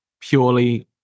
purely